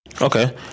Okay